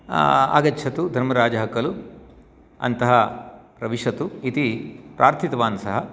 आगच्छतु धर्मराजः कलु अन्तः प्रविशतु इति प्रार्थितवान् सः